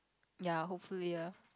ya hopefully ah